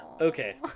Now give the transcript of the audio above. okay